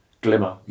glimmer